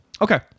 Okay